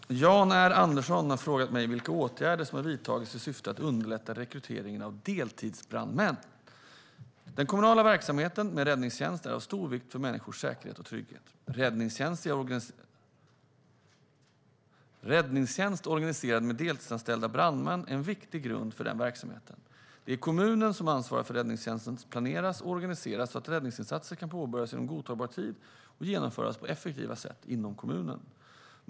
Herr talman! Jan R Andersson har frågat mig vilka åtgärder som har vidtagits i syfte att underlätta rekryteringen av deltidsbrandmän. Den kommunala verksamheten med räddningstjänst är av stor vikt för människors säkerhet och trygghet. Räddningstjänst organiserad med deltidsanställda brandmän är en viktig grund för den verksamheten. Det är kommunen som ansvarar för att räddningstjänsten planeras och organiseras så att räddningsinsatser kan påbörjas inom godtagbar tid och genomföras på ett effektivt sätt inom kommunen.